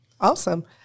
Awesome